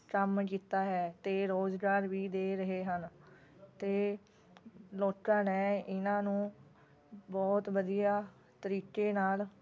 ਕੰਮ ਕੀਤਾ ਹੈ ਅਤੇ ਰੋਜ਼ਗਾਰ ਵੀ ਦੇ ਰਹੇ ਹਨ ਅਤੇ ਲੋਕਾਂ ਨੇ ਇਹਨਾਂ ਨੂੰ ਬਹੁਤ ਵਧੀਆ ਤਰੀਕੇ ਨਾਲ